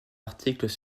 articles